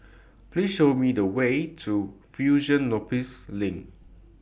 Please Show Me The Way to Fusionopolis LINK